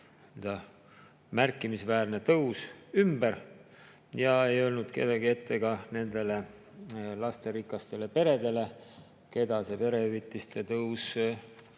märkimisväärne tõus ümber, ja ei öelnud keegi ette ka nendele lasterikastele peredele, keda see perehüvitiste tõus oli